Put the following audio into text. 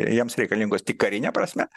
jiems reikalingos tik karine prasme